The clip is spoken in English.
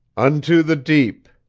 unto the deep.